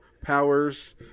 powers